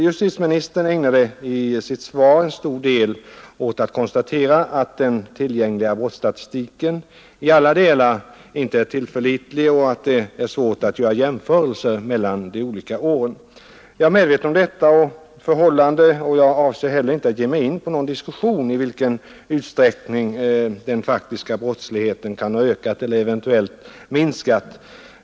Justitieministern ägnade en stor del av sitt svar åt att konstatera att den tillgängliga brottsstatistiken inte i alla delar är tillförlitlig och att det är svårt att göra jämförelser mellan olika år. Jag är medveten om detta förhållande, och jag avser heller inte att ge mig in på någon diskussion om i vilken utsträckning den faktiska brottsligheten kan ha ökat eller eventuellt minskat.